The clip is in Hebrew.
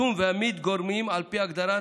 הזום וה-Meet גורמים, על פי ההגדרה,